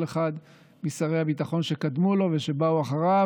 אחד משרי הביטחון שקדמו לו ושבאו אחריו,